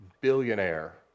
billionaire